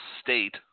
State